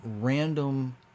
random